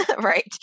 right